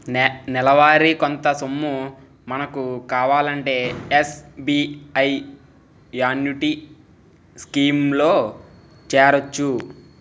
నెలవారీ కొంత సొమ్ము మనకు కావాలంటే ఎస్.బి.ఐ యాన్యుటీ స్కీం లో చేరొచ్చు